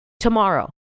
tomorrow